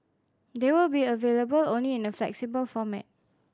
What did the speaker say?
they will be available only in a flexible format